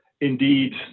indeed